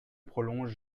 prolonge